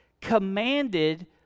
commanded